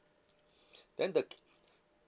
then the